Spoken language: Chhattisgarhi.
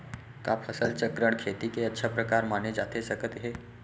का फसल चक्रण, खेती के अच्छा प्रकार माने जाथे सकत हे?